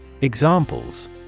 Examples